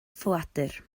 ffoadur